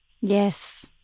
Yes